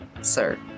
sir